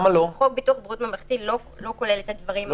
חוק ביטוח בריאות ממלכתי לא כולל את הדברים האלה.